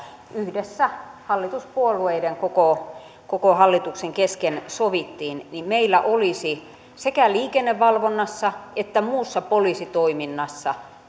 yhdessä hallituspuolueiden koko koko hallituksen kesken sovittiin niin meillä olisi sekä liikennevalvonnassa että muussa poliisitoiminnassa